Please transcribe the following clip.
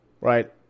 right